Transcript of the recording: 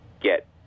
get